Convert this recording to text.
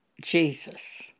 Jesus